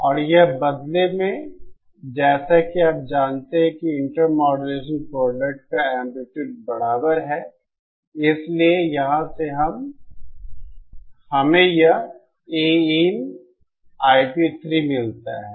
और यह बदले में जैसा कि आप जानते हैं कि इंटरमॉड्यूलेशन प्रोडक्ट का एंप्लीट्यूड बराबर है इसलिए यहां से हमें यह AinIp3 मिलता है